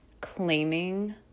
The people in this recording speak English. claiming